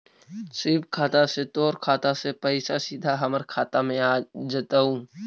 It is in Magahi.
स्वीप खाता से तोर खाता से पइसा सीधा हमर खाता में आ जतउ